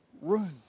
room